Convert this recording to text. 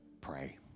Pray